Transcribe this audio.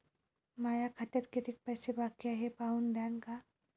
माया खात्यात कितीक पैसे बाकी हाय हे पाहून द्यान का?